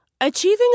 Achieving